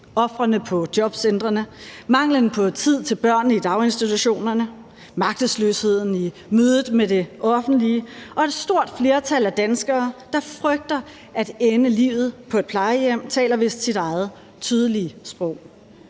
ofrene på jobcentrene, manglen på tid til børn i daginstitutionerne, magtesløsheden i mødet med det offentlige og et stort flertal af danskere, der frygter at ende livet på et plejehjem, taler vist deres eget tydelige sprog.